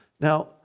now